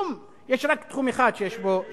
יש רק תחום אחד שיש בו שוויון,